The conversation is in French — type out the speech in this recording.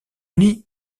uni